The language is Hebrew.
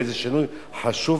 וזה שינוי חשוב,